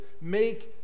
Make